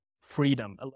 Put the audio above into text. freedom